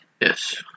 Yes